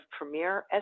Premier